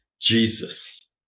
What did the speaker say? Jesus